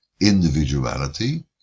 individuality